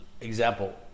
example